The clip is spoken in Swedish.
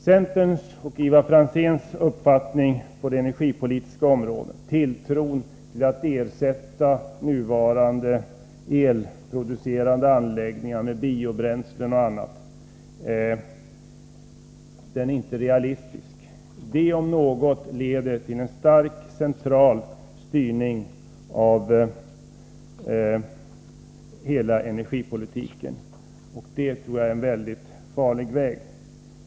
Centerns och Ivar Franzéns uppfattning på det energipolitiska området, tilltron till att ersätta nuvarande elproducerande anläggningar med biobränslen och annat, är inte realistisk. Detta om något leder till en stark centralstyrning av hela energipolitiken, och det tror jag är en väldigt farlig väg.